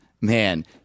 man